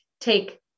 take